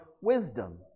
wisdom